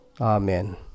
Amen